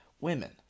Women